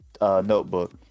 notebook